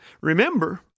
Remember